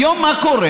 היום מה קורה?